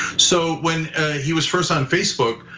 so when he was first on facebook,